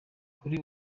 kuri